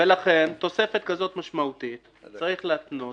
ולכן, תוספת כזאת משמעותית צריך להתנות